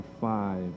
five